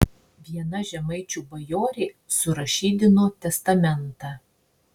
viena žemaičių bajorė surašydino testamentą